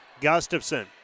Gustafson